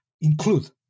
include